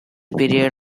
period